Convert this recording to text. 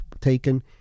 taken